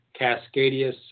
Cascadia